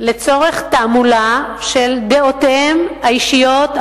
לצורך תעמולה של דעותיהם האישיות,